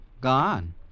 Gone